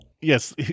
yes